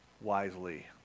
wisely